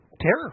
terror